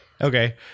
Okay